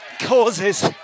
causes